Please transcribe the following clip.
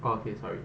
oh okay sorry